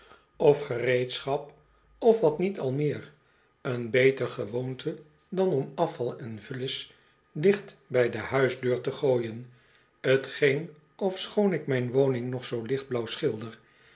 of gereedschap of wat niet al meer een beter gewoonte dan om afval en vullis dicht bij de huisdeur te gooien t geen ofschoon ik myn woning nog zoo lichtblauw schilder